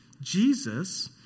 Jesus